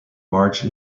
marge